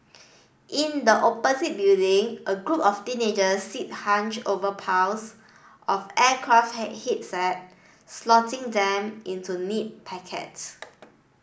in the opposite building a group of teenagers sit hunched over piles of aircraft head slotting them into neat packets